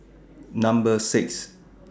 Number six